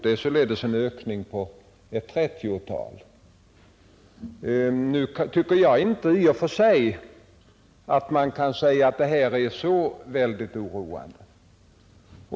Det är således en ökning med ett 30-tal. I och för sig tycker jag inte att den utvecklingen är så oroande.